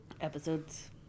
episodes